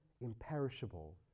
imperishable